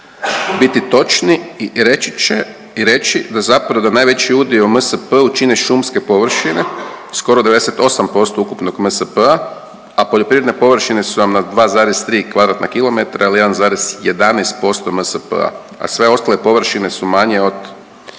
biti točni i reći će, i reći da zapravo da najveći udio u MSP-u čine šumske površine, skoro 98% ukupnog MSP-a, a poljoprivredne površine su vam na 2,3 kvadratna kilometra ili 1,11% MSP-a, a sve ostale površine su manje od